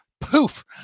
poof